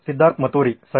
ಸಿದ್ಧಾರ್ಥ್ ಮತುರಿ ಸರಿ